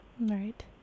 Right